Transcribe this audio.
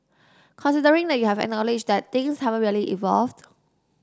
considering that you have acknowledged that things haven't really evolved